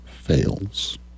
Fails